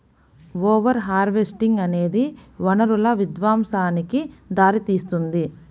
over harvesting అనేది వనరుల విధ్వంసానికి దారితీస్తుంది